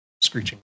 screeching